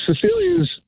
Cecilia's